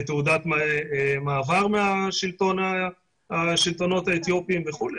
תעודת מעבר מהשלטונות האתיופיים וכולי.